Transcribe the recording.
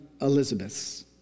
Elizabeths